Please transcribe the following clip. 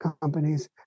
companies